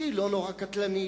שהיא לא נורא קטלנית,